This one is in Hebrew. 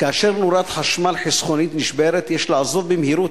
כאשר נורת חשמל חסכונית נשברת יש לעזוב במהירות